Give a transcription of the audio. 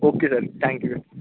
okay sir thank you